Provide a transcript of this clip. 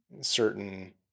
certain